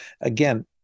Again